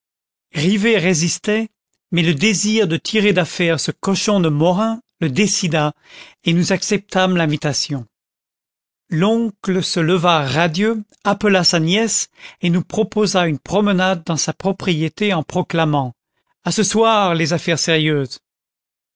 rivet résistait mais le désir de tirer d'affaire ce cochon de morin le décida et nous acceptâmes l'invitation l'oncle se leva radieux appela sa nièce et nous proposa une promenade dans sa propriété en proclamant a ce soir les affaires sérieuses